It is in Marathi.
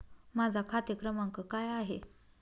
माझा खाते क्रमांक काय आहे?